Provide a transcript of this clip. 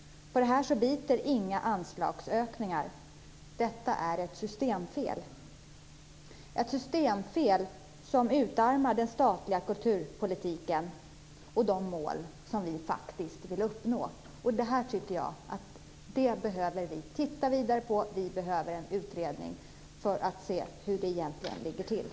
Här biter inga anslagsökningar. Detta är ett systemfel som utarmar den statliga kulturpolitiken och de mål som vi faktiskt vill uppnå. Det här tycker jag att vi behöver titta vidare på. Vi behöver en utredning för att se hur det egentligen ligger till.